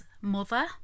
mother